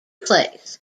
plays